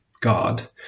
God